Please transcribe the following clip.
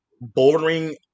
boring